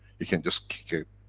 it can just kick